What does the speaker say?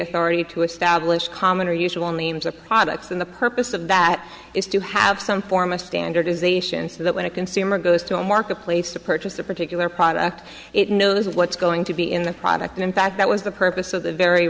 authority to establish common or usual names of products in the purpose of that is to have some form of standardization so that when a consumer goes to a marketplace to purchase a particular product it knows what's going to be in the product in fact that was the purpose of the very